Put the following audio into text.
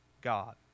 God